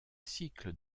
cycle